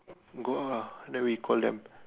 go out lah then we call them